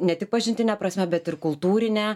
ne tik pažintine prasme bet ir kultūrine